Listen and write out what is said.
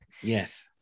Yes